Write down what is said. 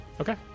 Okay